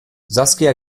saskia